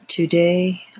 Today